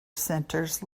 centers